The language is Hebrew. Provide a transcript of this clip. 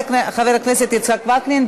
חבר הכנסת יצחק וקנין,